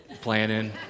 planning